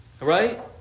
Right